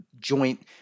joint